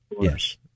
yes